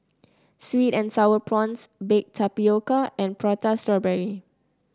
sweet and sour prawns Baked Tapioca and Prata Strawberry